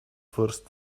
first